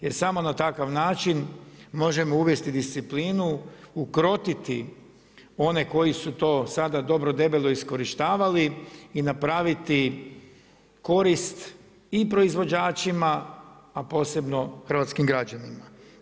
Jer samo na takav način možemo uvesti disciplinu, ukrotiti one koji su to sada dobro debelo iskorištavali i napraviti korist i proizvođačima, a posebno hrvatskim građanima.